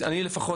אני לפחות,